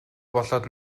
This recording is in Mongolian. болоод